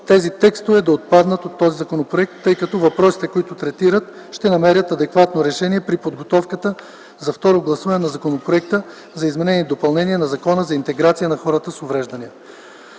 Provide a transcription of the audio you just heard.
тези текстове на отпаднат от този законопроект, тъй като въпросите, които третират, ще намерят адекватно разрешение при подготовката за второ гласуване на Законопроекта за изменение и допълнение на Закона за интеграция на хора с увреждания.